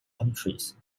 countries